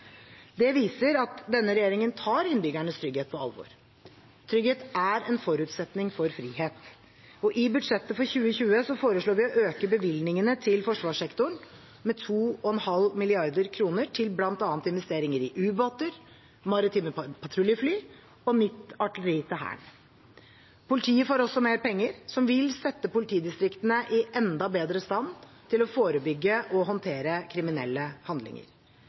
Det viser at denne regjeringen tar innbyggernes trygghet på alvor. Trygghet er en forutsetning for frihet. I budsjettet for 2020 foreslår vi å øke bevilgningene til forsvarssektoren med 2,5 mrd. kr til bl.a. investeringer i ubåter, maritime patruljefly og nytt artilleri til Hæren. Politiet får også mer penger, som vil sette politidistriktene i enda bedre stand til å forebygge og å håndtere kriminelle handlinger.